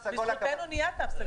בזכותנו נהיה "תו סגול".